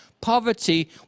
poverty